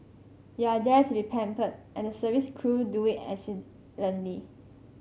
you are there to be pampered and the service crew do it